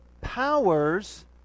powers